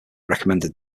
recommended